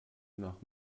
nach